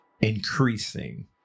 increasing